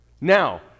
Now